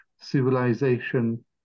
civilization